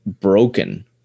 broken